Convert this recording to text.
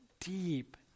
Deep